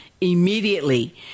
immediately